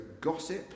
gossip